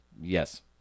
Yes